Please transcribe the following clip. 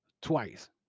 twice